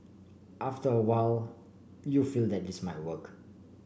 after a while you feel that this might work